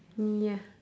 ya